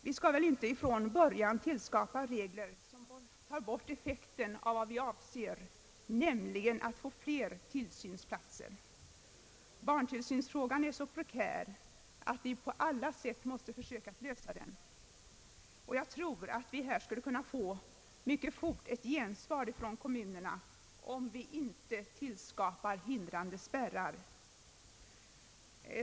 Vi skall väl inte från början skapa regler som tar bort den effekt vi avser, näm ligen att få fler tillsynsplatser. Barntillsynsfrågan är så prekär att vi på alla sätt måste försöka lösa den, och jag tror att vi mycket fort skulle kunna få eit gensvar från kommunerna, om vi inte skapar hindrande spärrar.